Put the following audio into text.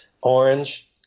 orange